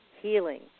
Healing